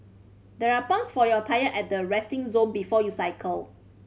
there are pumps for your tyres at the resting zone before you cycle